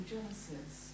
Genesis